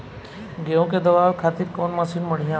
गेहूँ के दवावे खातिर कउन मशीन बढ़िया होला?